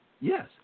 Yes